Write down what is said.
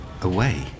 away